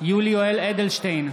יולי יואל אדלשטיין,